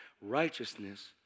Righteousness